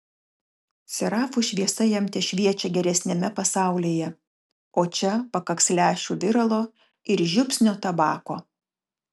serafų šviesa jam tešviečia geresniame pasaulyje o čia pakaks lęšių viralo ir žiupsnio tabako